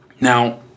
Now